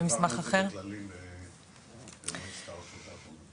במסמך אחר.